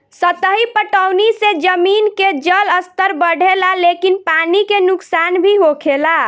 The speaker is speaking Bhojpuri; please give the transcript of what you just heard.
सतही पटौनी से जमीन के जलस्तर बढ़ेला लेकिन पानी के नुकसान भी होखेला